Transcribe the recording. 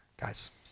Guys